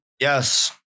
Yes